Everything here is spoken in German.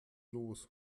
los